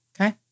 Okay